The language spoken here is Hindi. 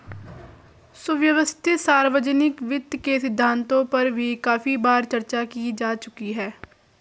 सुव्यवस्थित सार्वजनिक वित्त के सिद्धांतों पर भी काफी बार चर्चा की जा चुकी है